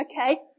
Okay